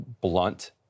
blunt